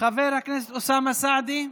חבר הכנסת אוסאמה סעדי,